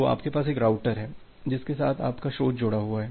तो आपके पास एक राउटर है जिसके साथ आपका स्रोत जुड़ा हुआ है